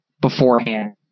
beforehand